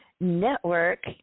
network